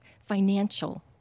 financial